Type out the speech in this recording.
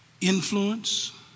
influence